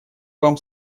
вам